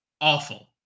awful